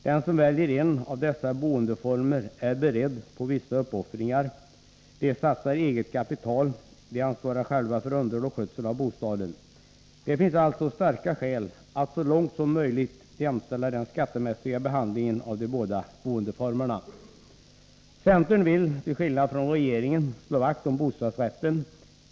De som väljer en av dessa boendeformer är beredd att göra vissa uppoffringar. De satsar eget kapital, och de ansvarar själva för underhåll och skötsel av bostaden. Det finns alltså starka skäl att så långt som möjligt jämställa den skattemässiga behandlingen av de båda boendeformerna. Centern vill till skillnad från regeringen slå vakt om bostadsrätten.